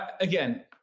again